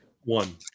One